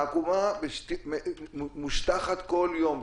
העקומה מושטחת כל יום,